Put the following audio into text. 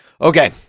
Okay